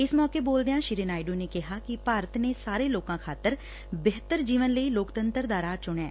ਇਸ ਮੌਕੇ ਬੋਲਦਿਆਂ ਸ੍ਰੀ ਨਾਇਡੁ ਨੇ ਕਿਹਾ ਕਿ ਭਾਰਤ ਨੇ ਸਾਰੇ ਲੋਕਾਂ ਖਾਤਰ ਬਿਹਤਰ ਜੀਵਨ ਲਈ ਲੋਕਤੰਤਰ ਦਾ ਰਾਹ ਚੁਣਿਐ